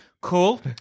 Cool